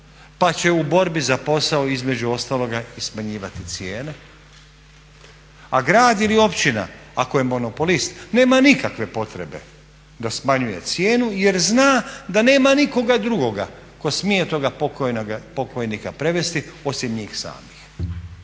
pa će u borbi između ostaloga i smanjivati cijene a grad ili općina ako je monopolist nema nikakve potrebe da smanjuje cijenu jer zna da nema nikoga drugoga tko smije toga pokojnika prevesti osim njih samih.